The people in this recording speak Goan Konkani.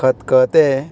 खतखतें